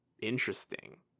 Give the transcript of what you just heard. interesting